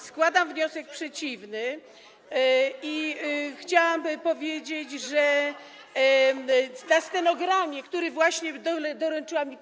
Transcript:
Składam wniosek przeciwny i chciałabym powiedzieć, że w stenogramie, który właśnie mi doręczono.